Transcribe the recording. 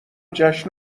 جشن